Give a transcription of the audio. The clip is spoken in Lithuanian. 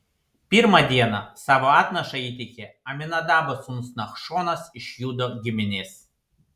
pirmą dieną savo atnašą įteikė aminadabo sūnus nachšonas iš judo giminės